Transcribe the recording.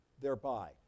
thereby